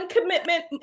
commitment